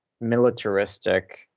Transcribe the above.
Militaristic